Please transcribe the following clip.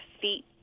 feet